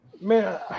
Man